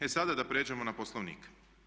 E sada da pređemo na Poslovnik.